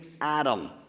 Adam